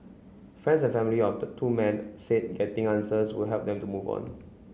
friends and family of the two men said getting answers would help them to move on